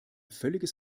völliges